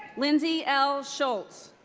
lindsay l. shultz.